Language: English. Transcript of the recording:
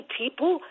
people